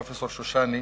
פרופסור שושני,